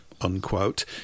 unquote